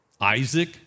Isaac